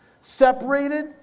separated